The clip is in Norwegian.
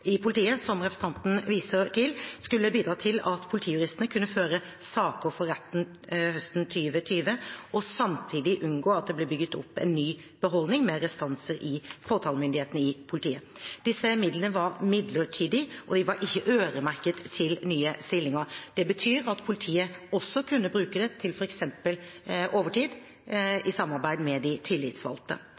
representanten viser til, skulle bidra til at påtalejuristene kunne føre saker for retten høsten 2020 og samtidig unngå at det ble bygget opp en ny beholdning med restanser i påtalemyndigheten i politiet. Disse midlene var midlertidige og ikke øremerket nye stillinger. Det betyr at politiet også kunne bruke dem til f.eks. overtid, i samarbeid med de tillitsvalgte.